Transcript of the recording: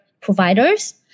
providers